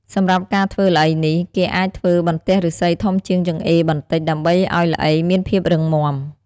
សម្រាប់ការធ្វើល្អីនេះ គេអាចធ្វើបន្ទះឫស្សីធំជាងចង្អេរបន្តិច ដើម្បីឱ្យល្អីមានភាពរឹងមាំ។